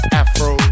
afro